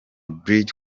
bridge